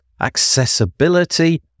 accessibility